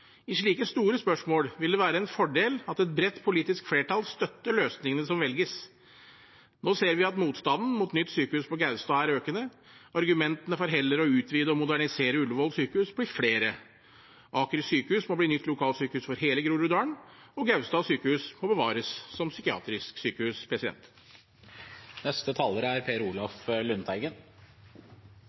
I slike store spørsmål vil det være en fordel at et bredt politisk flertall støtter løsningene som velges. Nå ser vi at motstanden mot nytt sykehus på Gaustad er økende. Argumentene for heller å utvide og modernisere Ullevål sykehus blir flere. Aker sykehus må bli nytt lokalsykehus for hele Groruddalen, og Gaustad sykehus må bevares som psykiatrisk sykehus. Den største og viktigste investeringssaken for sykehus i Helse Sør-Øst er